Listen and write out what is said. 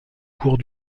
cours